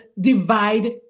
divide